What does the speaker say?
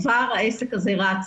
כבר העסק הזה רץ.